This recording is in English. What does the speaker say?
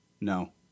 No